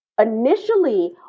initially